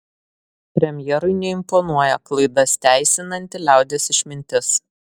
premjerui neimponuoja klaidas teisinanti liaudies išmintis